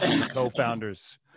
co-founders